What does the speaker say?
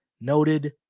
noted